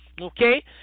Okay